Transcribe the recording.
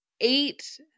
eight